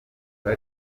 muri